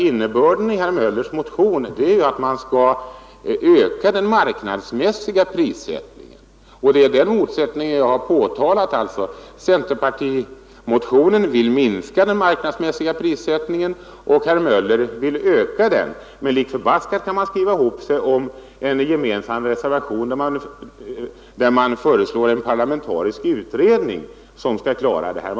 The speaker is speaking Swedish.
Innebörden av herr Möllers motion är ju att man skall öka den marknadsmässiga prissättningen, och det är den motsättningen jag har påtalat. Centerpartiet vill minska den marknadsmässiga prissättningen och herr Möller vill öka den. Trots detta kan man skriva ihop sig i en gemensam motion, där man föreslår en parlamentarisk utredning som kan ta itu med denna fråga.